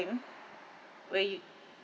you know where you